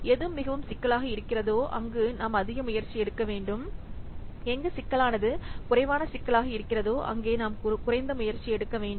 எது மிகவும் சிக்கலாக இருக்கிறதோ அங்கு நாம் அதிக முயற்சி எடுக்க வேண்டும் எங்கு சிக்கலானது குறைவான சிக்கலாக இருக்கிறதோ அங்கு நாம் குறைந்த முயற்சி எடுக்க வேண்டும்